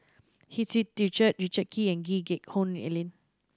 Hu Tsu Tau Richard Richard Kee and Lee Geck Hoon Ellen